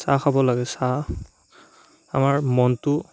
চাহ খাব লাগে চাহ আমাৰ মনটো